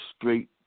straight